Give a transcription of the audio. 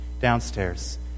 downstairs